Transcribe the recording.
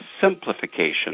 simplification